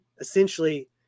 essentially